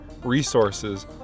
resources